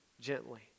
gently